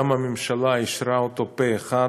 גם הממשלה אישרה אותו פה אחד,